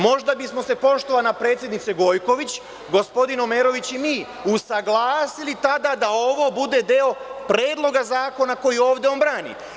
Možda bismo se, poštovana predsednice, gospodin Omerović i mi usaglasili tada da ovo bude deo Predloga zakona koji on ovde brani.